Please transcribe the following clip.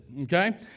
Okay